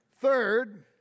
Third